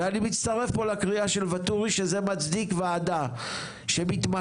ואני מצטרף פה לקריאה של ואטורי שזה מצדיק ועדה שמתמחה